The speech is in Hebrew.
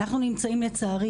לצערי,